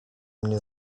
mnie